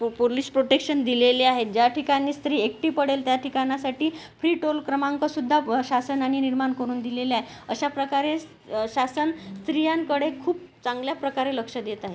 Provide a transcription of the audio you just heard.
पो police protection दिलेले आहे ज्या ठिकाणी स्त्री एकटी पडेल त्या ठिकाणासाठी फ्री टोल क्रमांकसुद्धा व शासनानी निर्माण करून दिलेला आहे अशा प्रकारेस शासन स्त्रियांकडे खूप चांगल्या प्रकारे लक्ष देत आहे